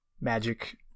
magic